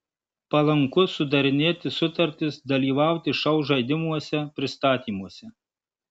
palanku sudarinėti sutartis dalyvauti šou žaidimuose pristatymuose